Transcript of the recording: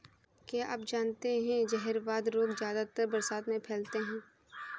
क्या आप जानते है जहरवाद रोग ज्यादातर बरसात में फैलता है?